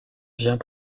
vient